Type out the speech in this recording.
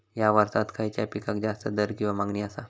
हया वर्सात खइच्या पिकाक जास्त दर किंवा मागणी आसा?